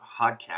Podcast